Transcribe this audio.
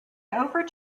over